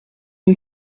une